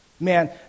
Man